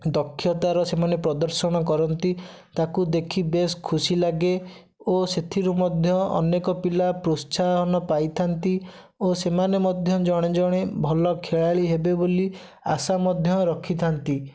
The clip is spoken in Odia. ଦକ୍ଷତାର ସେମାନେ ପ୍ରଦର୍ଶନ କରନ୍ତି ତାକୁ ଦେଖି ବେଶ୍ ଖୁସି ଲାଗେ ଓ ସେଥିରୁ ମଧ୍ୟ ଅନେକ ପିଲା ପ୍ରୋତ୍ସାହନ ପାଇଥାନ୍ତି ଓ ସେମାନେ ମଧ୍ୟ ଜଣେ ଜଣେ ଭଲ ଖେଳାଳି ହେବେ ବୋଲି ଆଶା ମଧ୍ୟ ରଖିଥାନ୍ତି